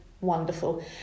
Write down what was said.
wonderful